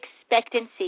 expectancy